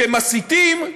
כשמסיתים,